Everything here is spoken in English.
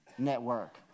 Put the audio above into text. Network